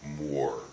more